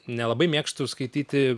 nelabai mėgstu skaityti